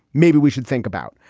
maybe we should think about.